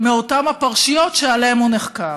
מאותן הפרשיות שעליהן הוא נחקר.